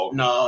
no